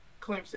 Clemson